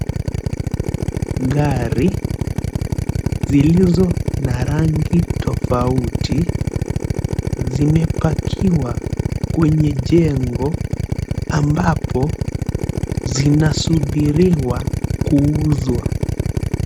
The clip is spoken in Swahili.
Gari zilizo na rangi tafauti zimepakiwa kwenye jengo ambapo zinasubiriwa kuuzwa.